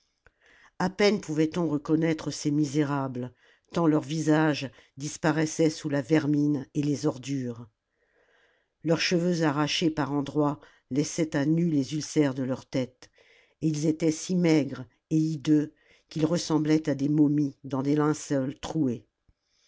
a peine pouvait-on reconnaître ces misérables tant leur visage disparaissait sous la vermine et les ordures leurs cheveux arrachés par endroits laissaient à nu les ulcères de leur tête et ils étaient si maigres et hideux qu'ils ressemblaient à des momies dans des linceuls troués